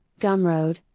Gumroad